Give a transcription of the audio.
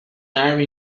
army